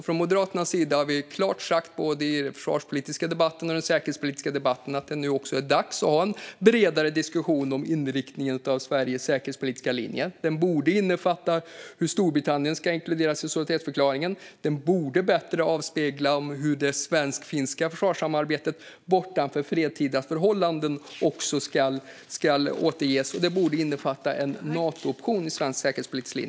Från Moderaternas sida har vi klart sagt både i den försvarspolitiska debatten och i den säkerhetspolitiska debatten att det nu också är dags att ha en bredare diskussion om inriktningen på Sveriges säkerhetspolitiska linje. Den borde innefatta hur Storbritannien ska inkluderas i solidaritetsförklaringen, den borde bättre avspegla hur det svensk-finska försvarssamarbetet bortanför fredstida förhållanden ska återges och den borde innefatta en Nato-option.